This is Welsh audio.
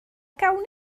gawn